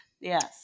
Yes